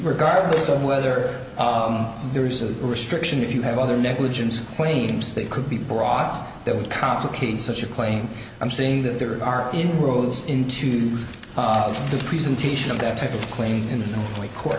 regardless of whether there's a restriction if you have other negligence claims that could be brought that would complicate such a claim i'm saying that there are inroads into the presentation of that type of claim